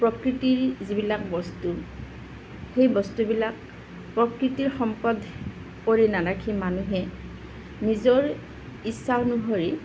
প্ৰকৃতিৰ যিবিলাক বস্তু সেই বস্তুবিলাক প্ৰকৃতিৰ সম্পদ কৰি নাৰাখি মানুহে নিজৰ ইচ্ছা অনুসৰি